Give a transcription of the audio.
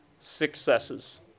successes